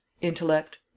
intellect